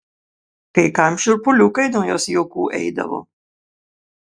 kai kam šiurpuliukai nuo jos juokų eidavo